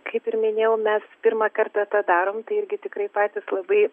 kaip ir minėjau mes pirmą kartą tą darom tai irgi tikrai patys labai